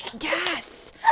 yes